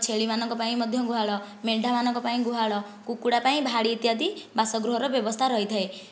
ଛେଳିମାନଙ୍କ ପାଇଁ ମଧ୍ୟ ଗୁହାଳ ମେଣ୍ଢା ମାନଙ୍କ ପାଇଁ ଗୁହାଳ କୁକୁଡ଼ା ପାଇଁ ଭାଡ଼ି ଇତ୍ୟାଦି ବାସଗୃହର ବ୍ୟବସ୍ତା ରହିଥାଏ